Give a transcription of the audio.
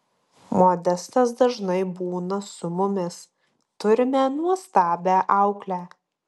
modestas dažnai būna su mumis turime nuostabią auklę